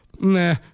Nah